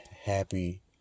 happy